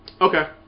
Okay